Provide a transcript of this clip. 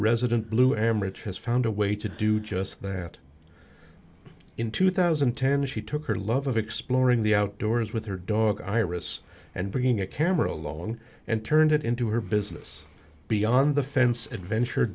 resident blue emirates has found a way to do just that in two thousand and ten she took her love of exploring the outdoors with her dog iris and bringing a camera along and turned it into her business beyond the fence adventure